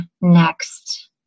next